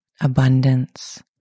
abundance